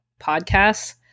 Podcasts